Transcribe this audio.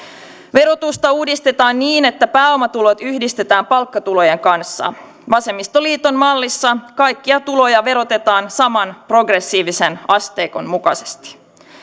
verotusta uudistetaan niin että pääomatulot yhdistetään palkkatulojen kanssa vasemmistoliiton mallissa kaikkia tuloja verotetaan saman progressiivisen asteikon mukaisesti